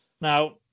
Now